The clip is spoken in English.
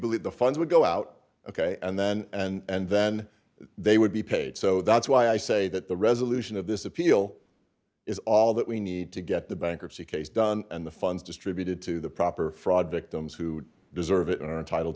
believe the funds would go out ok and then and then they would be paid so that's why i say that the resolution of this appeal is all that we need to get the bankruptcy case done and the funds distributed to the proper fraud victims who deserve it and